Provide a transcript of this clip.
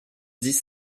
dix